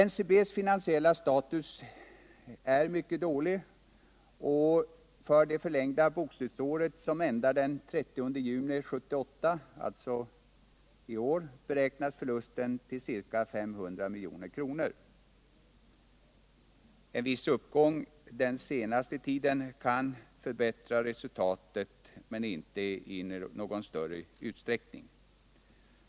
NCB:s finansiella status är mycket dålig. För det förlängda bokslutsåret som går ut den 30 juni 1978 beräknas förlusten till ca 500 milj.kr. En viss uppgång under den senaste tiden kan förbättra resultatet men inte i någon större utsträckning.